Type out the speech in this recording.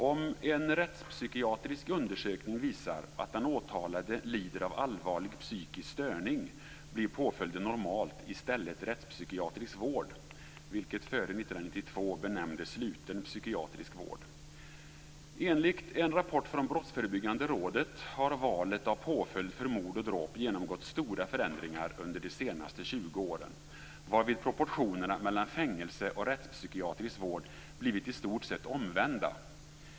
Om en rättspsykiatrisk undersökning visar att den åtalade lider av allvarlig psykisk störning blir påföljden normalt i stället rättspsykiatrisk vård, vilket före 1992 benämndes sluten psykiatrisk vård. Enligt en rapport från Brottsförebyggande rådet har valet av påföljd för mord och dråp genomgått stora förändringar under de senaste 20 åren, varvid proportionerna mellan fängelse och rättspsykiatrisk vård blivit i stort sett omvända.